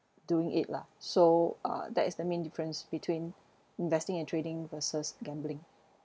doing it lah so uh that is the main difference between investing and trading versus gambling